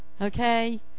okay